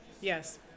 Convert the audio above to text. Yes